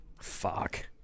Fuck